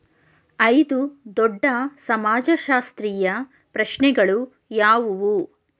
ಐದು ದೊಡ್ಡ ಸಮಾಜಶಾಸ್ತ್ರೀಯ ಪ್ರಶ್ನೆಗಳು ಯಾವುವು?